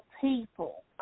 people